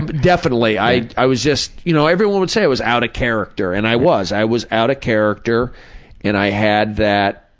and definitely i i was just you know, everyone would say i was out of character and i was, i was out of character and i had that